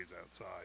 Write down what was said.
outside